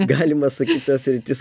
galima sakyt ta sritis